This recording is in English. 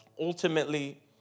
ultimately